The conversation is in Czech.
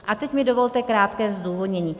A teď mi dovolte krátké zdůvodnění.